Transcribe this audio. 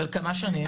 אבל כמה שנים?